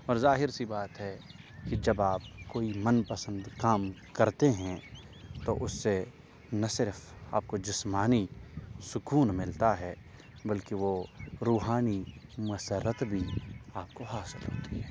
اور ظاہر سی بات ہے کہ جب آپ کوئی من پسند کام کرتے ہیں تو اس سے نہ صرف آپ کو جسمانی سکون ملتا ہے بلکہ وہ روحانی مسرت بھی آپ کو حاصل ہوتی ہے